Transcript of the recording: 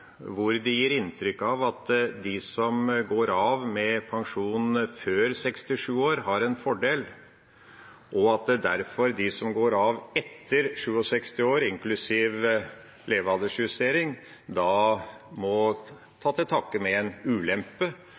saken. Det som imidlertid er interessant, er Høyre og Kristelig Folkepartis merknader, der de gir inntrykk av at de som går av med pensjon før 67 år, har en fordel, og at det er derfor de som går av etter 67 år, inklusiv levealdersjustering, må ta til takke med